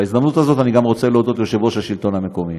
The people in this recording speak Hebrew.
בהזדמנות הזאת אני גם רוצה להודות ליושב-ראש מרכז השלטון המקומי.